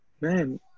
Man